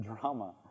drama